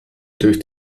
durch